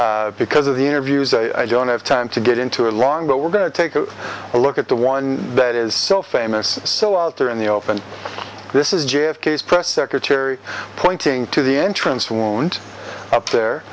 is because of the interviews i don't have time to get into a long but we're going to take a look at the one that is so famous so out there in the open this is j f k s press secretary pointing to the entrance wound up there